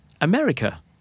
America